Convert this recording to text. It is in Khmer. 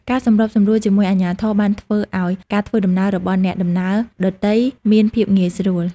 ការសម្របសម្រួលជាមួយអាជ្ញាធរបានធ្វើឱ្យការធ្វើដំណើររបស់អ្នកដំណើរដទៃមានភាពងាយស្រួល។